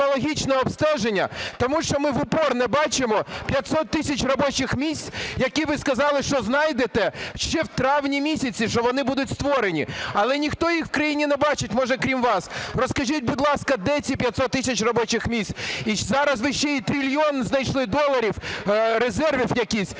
тому що ми в упор не бачимо 500 тисяч робочих місць, які, ви сказали, що знайдете ще в травні місяці, що вони будуть створені, але ніхто їх в країні не бачить, може, крім вас. Розкажіть, будь ласка, де ці 500 тисяч робочих місць? І зараз ви ще і трильйон знайшли доларів резервів якихось.